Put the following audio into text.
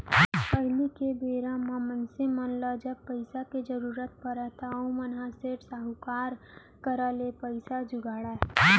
पहिली के बेरा म मनसे मन ल जब पइसा के जरुरत परय त ओमन ह सेठ, साहूकार करा ले पइसा जुगाड़य